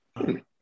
Okay